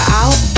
out